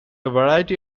variety